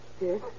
Yes